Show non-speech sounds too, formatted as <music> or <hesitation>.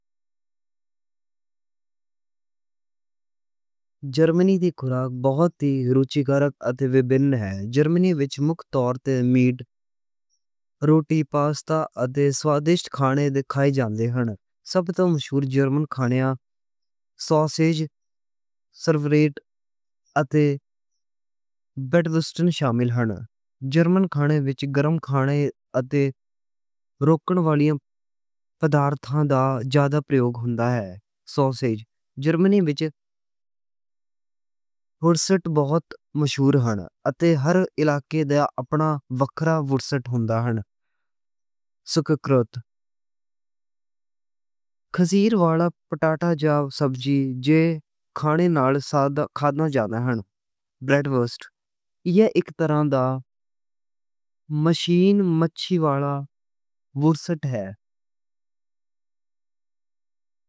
جرمنی دی خوراک بہت رُچِکر اتے وِبھِن ہے۔ جرمنی وِچ مک طور تے مِیٹ، <hesitation> روٹی، پاسٹا اتے سوادِشت کھانے ویکھائے جاندے ہن۔ سبھ توں مشہور جرمن کھانیاں، سوسج، ساؤرکراوٹ اتے <hesitation> براٹ وُرسٹ شامل ہن۔ جرمن کھانے وِچ گرم کھانے اتے رکھن والیاں <hesitation> پردارتاں دا زیادہ پریوگ ہوندا ہے۔ سوسج جرمنی وِچ <hesitation> وُرسٹ بہت مشہور ہن۔ اتے ہر علاقے دے اپنا وکھرا وُرسٹ ہوندا ہے۔ ساؤرکراوٹ <hesitation> کھٹیری والا پٹاتا جا سبزی جہے کھانے نال سادھ کھادّا جاندا ہن۔ براٹ وُرسٹ ایہ اک طرح دا <hesitation> مشینی مِیٹ والا وُرسٹ ہے۔